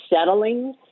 settling